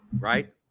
right